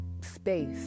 space